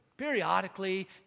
periodically